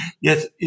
Yes